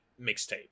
mixtape